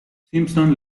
simpson